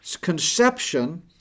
conception